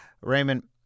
Raymond